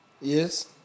Yes